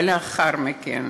ולאחר מכן